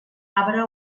arbre